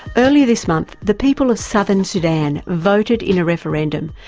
earlier this month the people of southern sudan voted in a referendum,